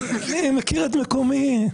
אני מכיר את מקומי.